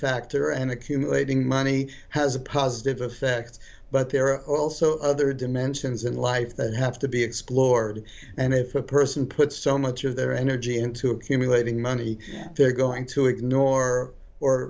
factor and accumulating money has a positive effect but there are also other dimensions in life that have to be explored and if a person puts so much of their energy into accumulating money they're going to ignore or